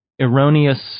erroneous